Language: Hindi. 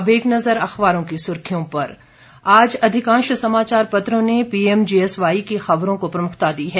अब एक नजर अखबारों की सुर्खियों पर आज अधिकांश समाचार पत्रों ने पीएमजीएसवाई की खबरों को प्रमुखता दी है